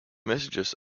messages